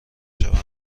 شوند